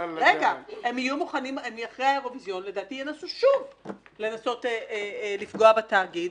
אחרי האירוויזיון לדעתי הם ינסו שוב לפגוע בתאגיד.